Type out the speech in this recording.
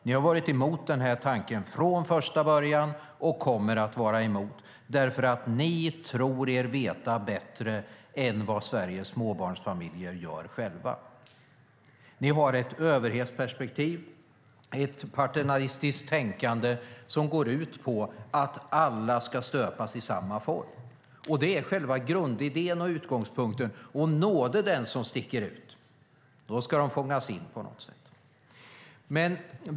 Ni har varit emot den här tanken från första början och kommer att vara emot den, därför att ni tror er veta bättre än vad Sveriges småbarnsfamiljer själva gör. Ni har ett överhetsperspektiv, ett paternalistiskt tänkande som går ut på att alla ska stöpas i samma form. Och det är själva grundidén och utgångspunkten, och nåde dem som sticker ut. Då ska de fångas in på något sätt.